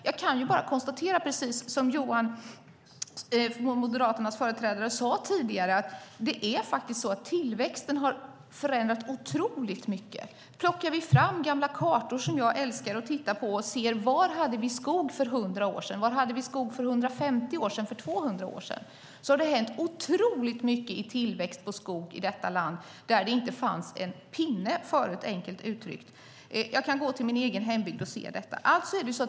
Jag kan bara konstatera, precis som Johan, Moderaternas företrädare, sade tidigare, att det faktiskt är så att tillväxten har förändrat otroligt mycket. Vi kan plocka fram gamla kartor, som jag älskar att titta på, och se var vi hade skog för 100 år sedan, var vi hade skog för 150 år sedan och för 200 år sedan. Det har hänt otroligt mycket när det gäller tillväxt av skog i detta land där det inte fanns en pinne förut, enkelt uttryckt. Jag kan gå till min egen hembygd och se detta.